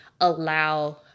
allow